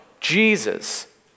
Jesus